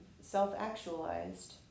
self-actualized